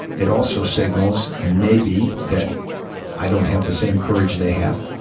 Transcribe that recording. it also signals, maybe, that i don't have the same courage they have.